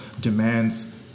demands